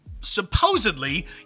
supposedly